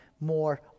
more